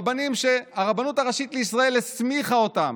רבנים שהרבנות הראשית לישראל הסמיכה אותם,